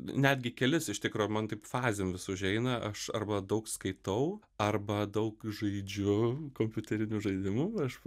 netgi kelis iš tikro man taip fazėmis užeina aš arba daug skaitau arba daug žaidžiu kompiuterinių žaidimų aš